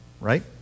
right